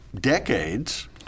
decades